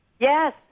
Yes